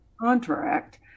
contract